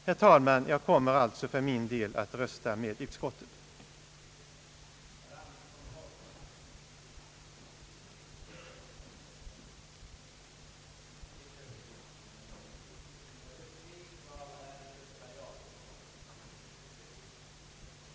Herr talman, jag kommer alltså för min del att rösta för utskottets hemställan.